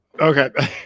Okay